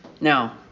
Now